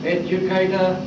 educator